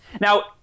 Now